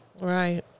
right